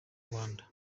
rwanda